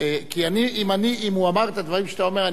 כי אם הוא אמר את הדברים שאתה אומר,